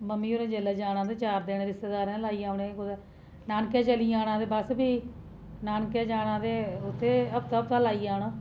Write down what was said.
खाल्ली